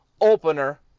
opener